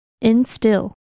Instill